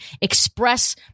express